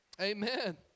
Amen